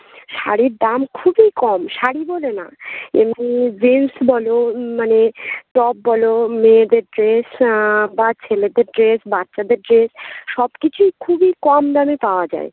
শাড়ির দাম খুবই কম শাড়ি বলে না এমনি জিন্স বলো মানে টপ বলো মেয়েদের ড্রেস বা ছেলেদের ড্রেস বাচ্চাদের ড্রেস সব কিছুই খুবই কম দামে পাওয়া যায়